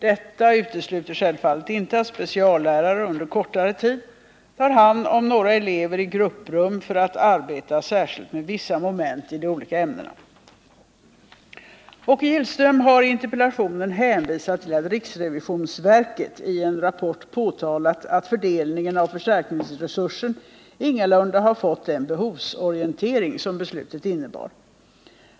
Detta utesluter självfallet inte att speciallärare under kortare tid tar hand om några elever i grupprum för att arbeta särskilt med vissa moment i de olika ämnena. Åke Gillström har i interpellationen hänvisat till att riksrevisionsverket i en rapport påtalat att fördelningen av förstärkningsresursen ingalunda fått den behovsorientering som beslutet innebar.